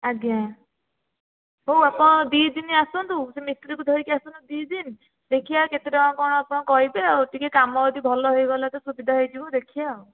ଆଜ୍ଞା ହେଉ ଆପଣ ଦୁଇ ଦିନ ଆସନ୍ତୁ ସେ ମିସ୍ତ୍ରୀକୁ ଧରିକି ଆସନ୍ତୁ ଦୁଇ ଦିନ ଦେଖିବା କେତେ ଟଙ୍କା କଣ ଆପଣ କହିବେ ଆଉ ଟିକେ କାମ ଯଦି ଭଲ ହୋଇଗଲା ତ ସୁବିଧା ହୋଇଯିବ ଦେଖିବା ଆଉ